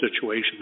situation